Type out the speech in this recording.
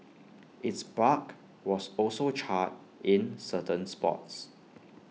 its bark was also charred in certain spots